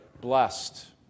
blessed